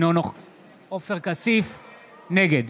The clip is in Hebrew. נגד